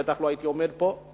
בטח לא הייתי עומד פה.